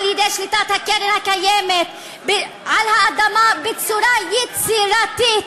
על-ידי שליטת הקרן הקיימת על האדמה בצורה יצירתית: